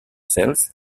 sales